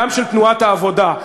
גם של תנועת העבודה,